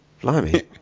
Blimey